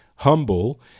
Humble